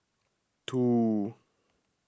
two